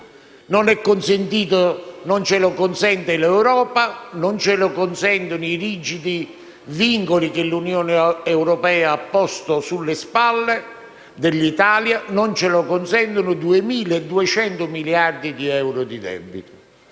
Non ce lo consentono l'Europa, i rigidi vincoli che l'Unione europea ha posto sulle spalle dell'Italia; non ce lo consentono i 2.200 miliardi di euro di debito.